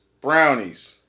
brownies